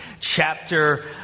chapter